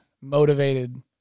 motivated